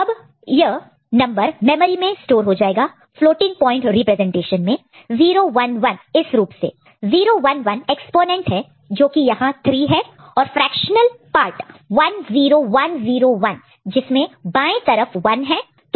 अब यह number memory में स्टोर हो जाएगा फ्लोटिंग प्वाइंट रिप्रेजेंटेशन में 011इस रूप से 011 एक्स्पोनेंट है जो कि यहां 3 है और फ्रेक्शनल पार्ट 10101 जिसमें बाएं लेफ्ट left की तरफ 1 है